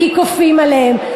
כי כופים עליהן,